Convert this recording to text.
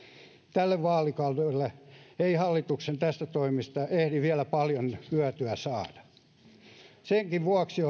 tälle vaalikaudelle ei hallituksen täsmätoimista ehdi vielä paljon hyötyä saamaan senkin vuoksi